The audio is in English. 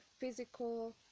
physical